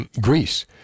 Greece